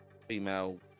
female